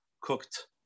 cooked